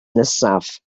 nesaf